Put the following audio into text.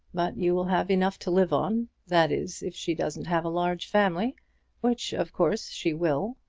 but you will have enough to live on that is if she doesn't have a large family which of course she will.